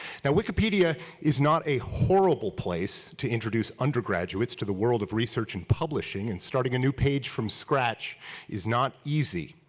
now wikipedia is not a horrible place to introduce undergraduates to the world of research and publishing and start sag ah new page from scratch is not easy.